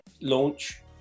launch